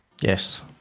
Yes